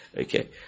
Okay